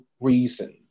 reason